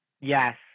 Yes